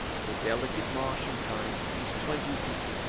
of the delicate martian kind, is twenty feet,